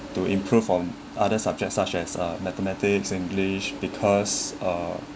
to improve on other subjects such as uh mathematics english because uh